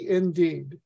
indeed